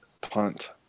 punt